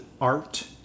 art